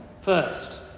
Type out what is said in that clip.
First